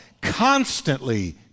constantly